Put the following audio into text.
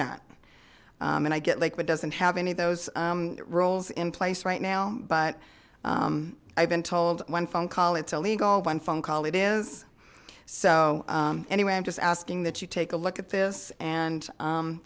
not and i get liquid doesn't have any of those roles in place right now but i've been told one phone call it's illegal one phone call it is so anyway i'm just asking that you take a look at this and